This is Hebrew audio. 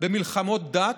במלחמות דת,